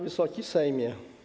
Wysoki Sejmie!